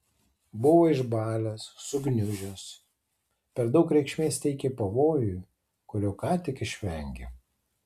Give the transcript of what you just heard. buvo išbalęs sugniužęs per daug reikšmės teikė pavojui kurio ką tik išvengė